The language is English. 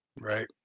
Right